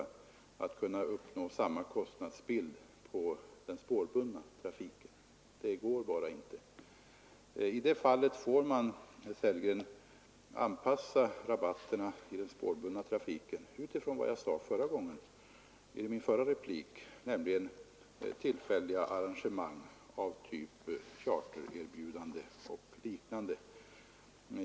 Det är i dagens läge inte möjligt att uppnå samma kostnadsbild när det gäller den spårbundna trafiken. Det går bara inte. I det fallet får man, som jag sade i min förra replik, anpassa rabatterna i den spårbundna trafiken till tillfälliga arrangemang av typ chartererbjudande och liknande.